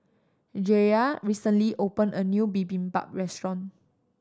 Jaye recently opened a new Bibimbap Restaurant